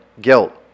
guilt